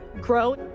grow